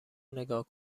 نگاه